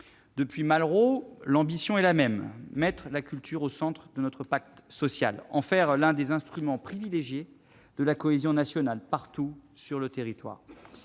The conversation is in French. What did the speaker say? Depuis Malraux, l'ambition est la même : mettre la culture au centre de notre pacte social, en faire l'un des instruments privilégiés de la cohésion nationale, partout sur le territoire.